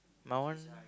my one